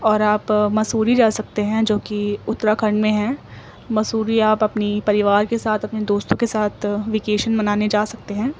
اور آپ مسوری جا سکتے ہیں جو کہ اترا کھنڈ میں ہے مسوری آپ اپنی پریوار کے ساتھ اپنے دوستوں کے ساتھ ویکیشن منانے جا سکتے ہیں